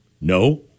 No